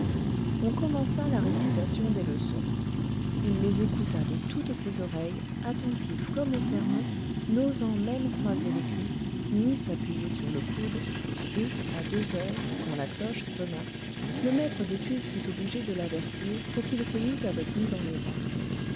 on commença la récitation des leçons il les écouta de toutes ses oreilles attentif comme au sermon n'osant même croiser les cuisses ni s'appuyer sur le coude et à deux heures quand la cloche sonna le maître d'études fut obligé de l'avertir pour qu'il se mît avec nous dans les rangs